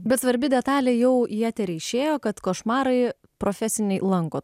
bet svarbi detalė jau į eterį išėjo kad košmarai profesiniai lanko